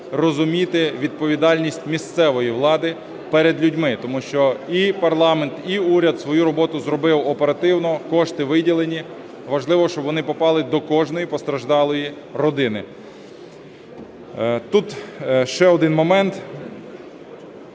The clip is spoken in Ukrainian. розуміти відповідальність місцевої влади перед людьми. Тому що і парламент, і уряд свою роботу зробив оперативно, кошти виділені, важливо, щоб вони попали до кожної постраждалої родини. Тут ще один момент